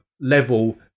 level